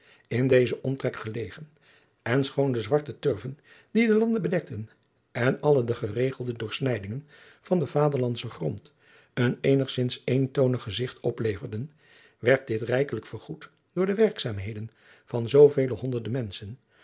in dezen omtrek gelegen en schoon de zwarte turven die de landen bedekten en alle de geregelde doorsnijdingen van den vaderlandschen grond een eenigzins eentoonig gezigt opleverden werd dit rijkelijk vergoed door de werkzaamheden van zoovele honderde menschen